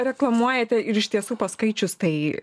reklamuojate ir iš tiesų paskaičius tai